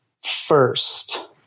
first